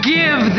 give